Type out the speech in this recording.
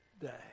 day